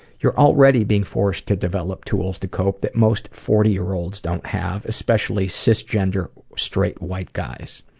you're already being forced to develop tools to cope that most forty year olds don't have, especially cisgendered, straight, white guys.